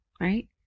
right